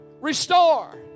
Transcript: restore